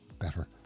better